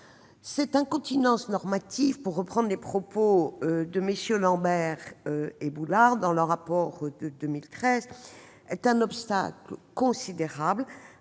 Cette « incontinence normative », pour reprendre les termes employés par MM. Lambert et Boulard dans leur rapport de 2013, est un obstacle considérable